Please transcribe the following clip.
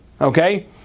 okay